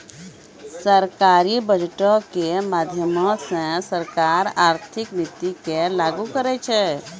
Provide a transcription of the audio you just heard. सरकारी बजटो के माध्यमो से सरकार आर्थिक नीति के लागू करै छै